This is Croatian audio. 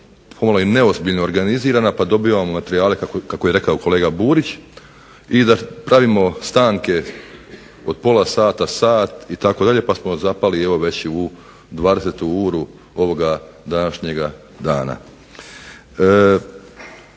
pomalo neozbiljno organizirana pa dobivamo materijale kako je rekao kolega Burić i da pravimo stanke od pola sata, sat pa smo zapali već u 20 uru ovoga današnjega dana.